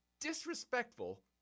disrespectful